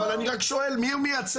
אבל אני רק שואל את מי הוא מייצג.